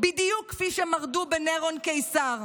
בדיוק כפי שמרדו בנירון קיסר.